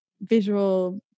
visual